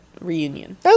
reunion